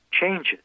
changes